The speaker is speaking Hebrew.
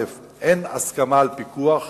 אין הסכמה על פיקוח.